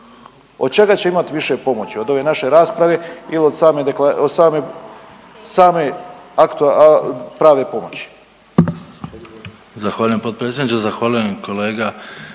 Od čega će imati više pomoći, od ove naše rasprave ili od same, od